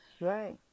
right